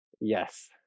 Yes